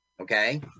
Okay